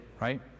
right